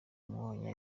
mwanya